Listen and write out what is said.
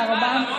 מה קרה?